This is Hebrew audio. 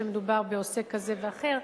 כשמדובר בעוסק כזה ואחר,